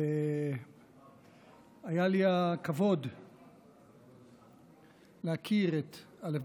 היה לי הכבוד להכיר את א.